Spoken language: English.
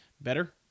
better